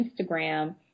Instagram